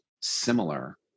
similar